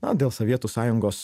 na dėl sovietų sąjungos